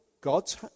God's